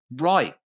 right